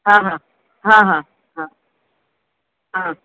हां हां हां हां हां हां